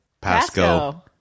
Pasco